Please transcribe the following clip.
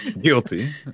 guilty